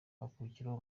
hakurikiraho